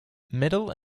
middle